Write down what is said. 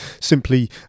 simply